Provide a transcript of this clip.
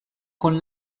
con